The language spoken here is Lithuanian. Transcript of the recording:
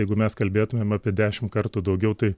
jeigu mes kalbėtumėm apie dešimt kartų daugiau tai